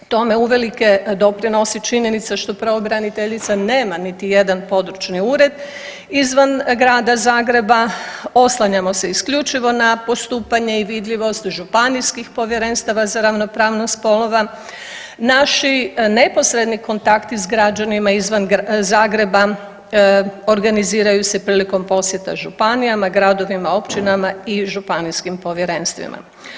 Tome uvelike doprinosi činjenica što pravobraniteljica nema niti jedan područni ured izvan Grada Zagreba, oslanjamo se isključivo na postupanje i vidljivost županijskih povjerenstava za ravnopravnost spolova naši neposredni kontakti s građanima izvan Zagreba organiziraju se prilikom posjeta županijama, gradovima, općinama i županijskim povjerenstvima.